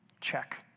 Check